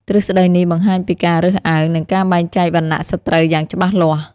ទ្រឹស្តីនេះបង្ហាញពីការរើសអើង និងការបែងចែកវណ្ណៈសត្រូវយ៉ាងច្បាស់លាស់។